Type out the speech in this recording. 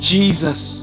Jesus